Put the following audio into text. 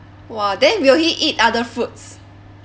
!wah! then will he eat other foods